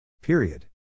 Period